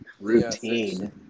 routine